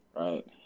right